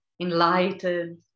enlightened